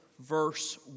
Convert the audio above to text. verse